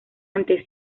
ante